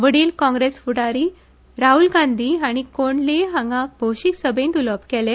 वडील काँग्रेस फुडारी राहूल गांधी हाणी कोंडली हांगा भौशिक सभेत उलोवप केले